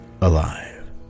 alive